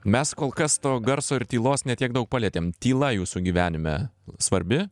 mes kol kas to garso ir tylos ne tiek daug palietėm tyla jūsų gyvenime svarbi